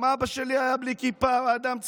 גם אבא שלי היה בלי כיפה, אדם צדיק.